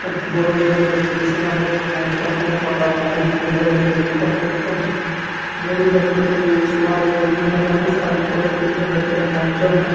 borewell చెయ్యడం జరుగుతుంది రీసేంట్గా ఒక మా ఇంటి పక్కనే ఒక ఒకతని బోర్వెల్ వెయ్యడం జరిగింది అపుడు మొత్తం బోర్వెల్ జరుగుతున్నంతసేపు ఈ సుమారు ఈ ఏడున్నర గంటలు కరెంట్ కోత కుదించడం జరిగింది అప్పుడు మా ఇంట్లో ఇంక